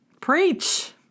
Preach